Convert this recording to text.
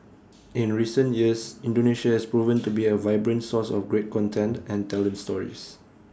in recent years Indonesia has proven to be A vibrant source of great content and talent stories